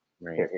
Right